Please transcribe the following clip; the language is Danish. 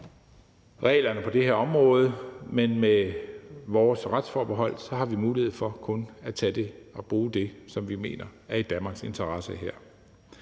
reglerne på det her område, men med vores retsforbehold har vi mulighed for kun at tage det og bruge det, som vi mener er i Danmarks interesse.